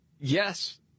Yes